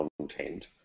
content